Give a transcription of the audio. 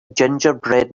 gingerbread